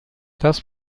das